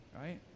right